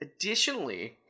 Additionally